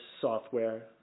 software